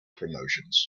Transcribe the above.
promotions